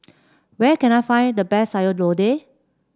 where can I find the best Sayur Lodeh